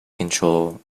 control